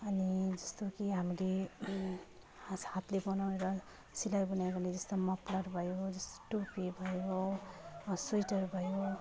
अनि जस्तो कि हामीले हस् हातले बनाएर सिलाईबुनाई हामीले जस्तो मफलर भयो जस्तो टोपी भयो स्वेटर भयो